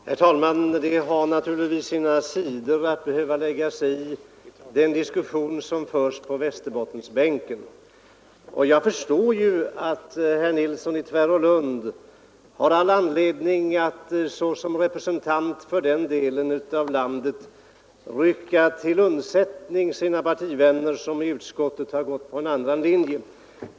Herr talman! Det har naturligtvis sina sidor att behöva lägga sig i den diskussion som förs på Västerbottensbänken. Jag förstår att herr Nilsson i Tvärålund har all anledning att som representant för den delen av landet rycka till sina partivänners undsättning. De har ju i utskottet gått på en annan linje.